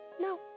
no